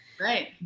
Right